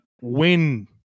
win